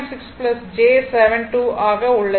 2 ஆக உள்ளது